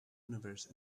universe